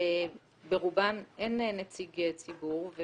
וברובן אין נציג ציבור.